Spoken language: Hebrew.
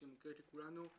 שמוכרת לכולנו,